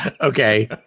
Okay